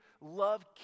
love